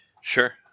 Sure